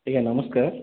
ଆଜ୍ଞା ନମସ୍କାର୍